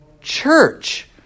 church